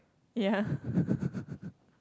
ya